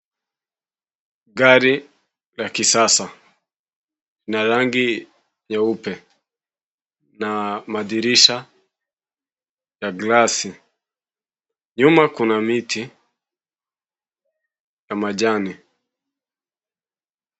Gari la kisasa la rangi nyeupe na madirisha na glasi. Nyuma kuna miti na majani.